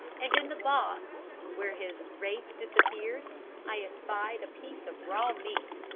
and in the box where his wraith disappeared i espied a piece of raw meat!